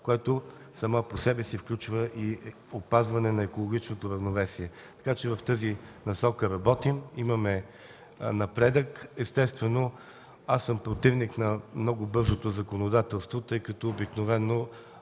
което само по себе си включва и опазване на екологичното равновесие. В тази насока работим, имаме напредък. Естествено, аз съм противник на много бързото законодателство, тъй като обикновено,